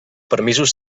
permisos